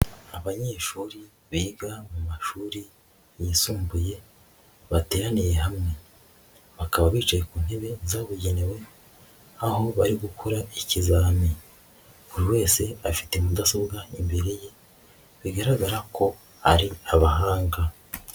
Abanyeshuri biga mu mashuri yisumbuye bateraniye hamwe, bakaba bicaye ku ntebe zabugenewe aho bari gukora ikizami, buri wese afite mudasobwa imbere ye, bigaragara ko ari abahanga.